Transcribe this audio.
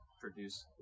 produce